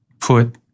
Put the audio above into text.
put